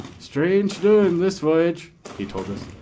strange doings this voyage, he told us.